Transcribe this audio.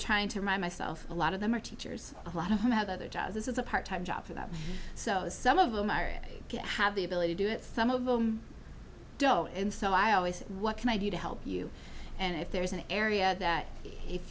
trying to remind myself a lot of them are teachers a lot of them have other jobs this is a part time job for that so some of them have the ability to do it some of them go in so i always say what can i do to help you and if there is an area that